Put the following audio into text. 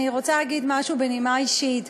אני רוצה להגיד משהו בנימה אישית.